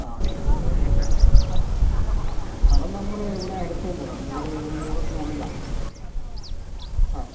ആ അതിനെക്കുറിച്ച് സ്ഥലം നമ്മുടെ ഇവിടെ അടുത്ത് തന്നെ നമുക്കിവിടെ ഒരു കിലോമീറ്റർ ഉള്ളിൽ ആണ് ആ